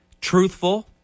truthful